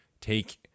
take